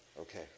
Okay